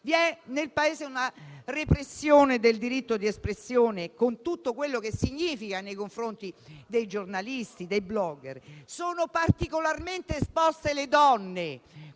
nel Paese una repressione del diritto di espressione, con tutto quello che significa nei confronti dei giornalisti, dei *blogger.* Particolarmente esposte sono le donne.